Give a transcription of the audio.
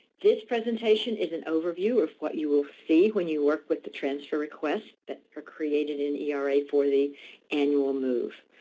this presentation is an overview of what you will see when you work with the transfer requests that are created in era for the annual move.